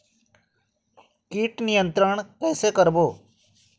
कीट नियंत्रण कइसे करबो?